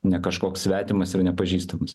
ne kažkoks svetimas ir nepažįstamas